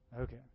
Okay